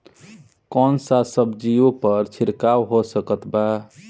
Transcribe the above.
कौन सा सब्जियों पर छिड़काव हो सकत बा?